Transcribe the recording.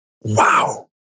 wow